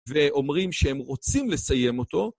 ואומרים שהם רוצים לסיים אותו.